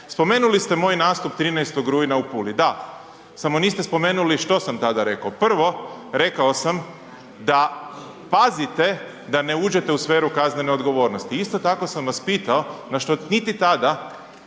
Spomenuli ste moj nastup 13. rujna u Puli. Da, samo niste spomenuli što sam tada rekao. Prvo, rekao sam da pazite da ne uđete u sferu kaznene odgovornosti. Isto tako sam vas pitao, na što niti tada,